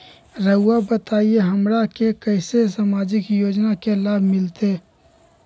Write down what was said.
रहुआ बताइए हमरा के कैसे सामाजिक योजना का लाभ मिलते?